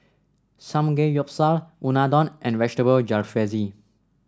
Samgeyopsal Unadon and Vegetable Jalfrezi